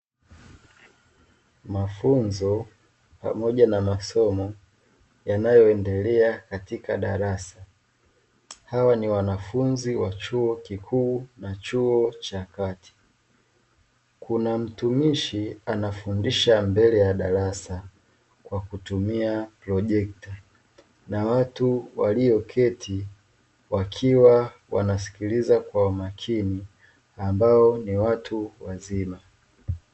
Mafunzo pamoja na masomo yanayoendelea katika darasa, hawa ni wanafunzi wa chuo kikuu na chuo cha kati. Kuna mtumishi anafundisha mbele ya darasa kwa kutumia projecta na watu walioketi wakiwa wanasikiliza kwa makini ambao ni watu wazima.